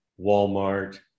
Walmart